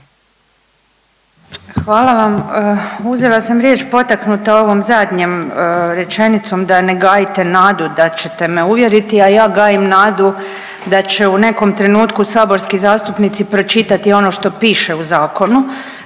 Hvala vam. Uzela sam riječ potaknuta ovom zadnjom rečenicom da ne gajite nadu da ćete me uvjeriti, a ja gajim nadu da će u nekom trenutku saborski zastupnici pročitati ono što piše u zakonu,